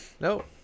nope